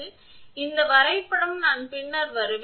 எனவே இந்த வரைபடம் நான் பின்னர் வருவேன்